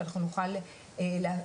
שאנחנו נוכל לפרסם אותם.